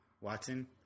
Watson